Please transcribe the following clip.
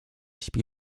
śpi